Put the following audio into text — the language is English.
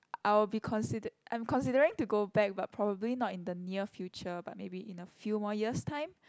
I will be consider I'm considering to go back but probably not in the near future but maybe in a few more years time